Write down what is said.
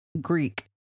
Greek